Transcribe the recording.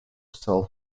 self